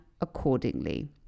accordingly